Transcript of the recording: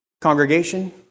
Congregation